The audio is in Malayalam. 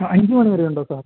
ആ അഞ്ച് മണി വരെ ഉണ്ടോ സാർ